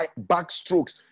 backstrokes